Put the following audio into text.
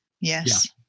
yes